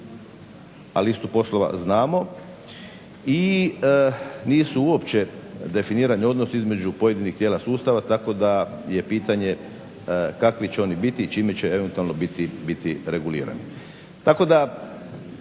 a listu poslova znamo. I nisu uopće definirani odnosi između pojedinih tijela sustava tako da je pitanje kakvi će oni biti i čime će eventualno biti regulirani.